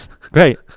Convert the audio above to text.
great